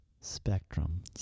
spectrum